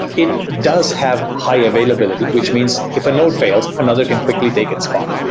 it does have high availability, which means if a node fails, another can quickly take its spot.